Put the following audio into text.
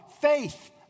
Faith